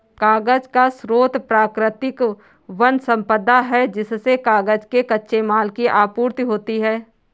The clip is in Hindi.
कागज का स्रोत प्राकृतिक वन सम्पदा है जिससे कागज के कच्चे माल की आपूर्ति होती है